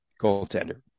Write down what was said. goaltender